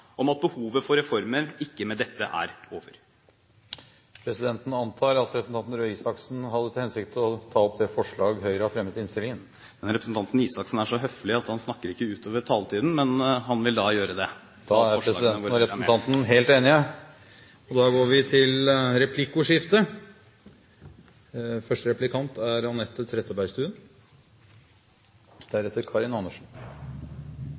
om at behovet for reformer med dette ikke er over. Presidenten antar at representanten Røe Isaksen hadde til hensikt å ta opp det forslaget Høyre har fremmet i innstillingen. Representanten Røe Isaksen er så høflig at han ikke snakker utover taletiden, men han vil ta opp forslaget. Da er presidenten og representanten helt enige. Representanten Torbjørn Røe Isaksen har dermed tatt opp det forslaget han refererte til.